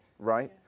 Right